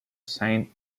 saint